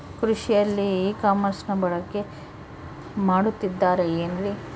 ಕೃಷಿಯಲ್ಲಿ ಇ ಕಾಮರ್ಸನ್ನ ಬಳಕೆ ಮಾಡುತ್ತಿದ್ದಾರೆ ಏನ್ರಿ?